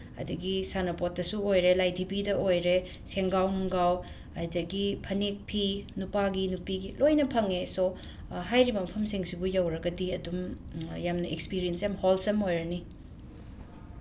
ꯑꯗꯒꯤ ꯁꯥꯟꯅꯄꯣꯠꯇꯁꯨ ꯑꯣꯏꯔꯦ ꯂꯥꯏꯙꯤꯕꯤꯗ ꯑꯣꯏꯔꯦ ꯁꯦꯡꯒꯥꯎ ꯅꯨꯡꯒꯥꯎ ꯑꯗꯒꯤ ꯐꯅꯦꯛ ꯐꯤ ꯅꯨꯄꯥꯒꯤ ꯅꯨꯄꯤꯒꯤ ꯂꯣꯏꯅ ꯐꯪꯉꯦ ꯁꯣ ꯍꯥꯏꯔꯤꯕ ꯃꯐꯝꯁꯤꯡꯁꯤꯕꯨ ꯌꯧꯔꯒꯗꯤ ꯑꯗꯨꯝ ꯌꯥꯝꯅ ꯑꯦꯛꯁꯄꯤꯔꯤꯌꯦꯟꯁꯁꯦ ꯌꯥꯝ ꯍꯣꯜꯁꯝ ꯑꯣꯏꯔꯅꯤ